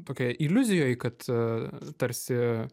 tokioje iliuzijoj kad tarsi